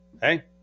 Hey